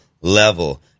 level